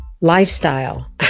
lifestyle